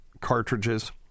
cartridges